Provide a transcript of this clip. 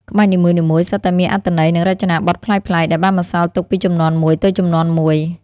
ក្បាច់នីមួយៗសុទ្ធតែមានអត្ថន័យ និងរចនាបថប្លែកៗ ដែលបានបន្សល់ទុកពីជំនាន់មួយទៅជំនាន់មួយ។